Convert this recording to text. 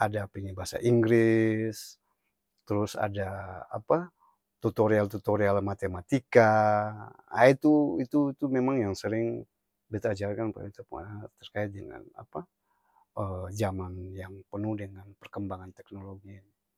ada pingin basa inggris, t'rus ada apa? Tutorial-tutorial matematika, aa itu itu-tu memang yang sering beta ajarkan par beta pung ana-ana terkait dengan apa? jaman yang penuh dengan perkembangan teknologi ini.